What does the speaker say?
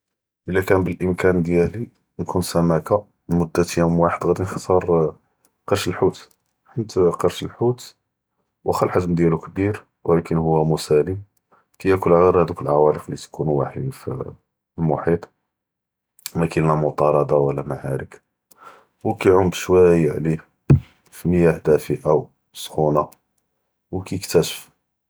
אלא כאן באלאימכן דיאלי ניכון סמכ’ה, ללמדה יום אחד ראדי נכ’תאר, קרש אלחוט, חית קרש אלחוט ואכא אלח’זם דיאלו כביר ו לאכן הוא מסאלם, כיאכל ע’יר האדוק אלאעוואלק אללי תיכון ראיחין פ אלמח’יט, מאכאין לא מטארדה ולא מעארכ, ו כיעום באלשוואיה עליו פמיאח דאפא ו סכ’ונה.